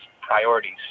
priorities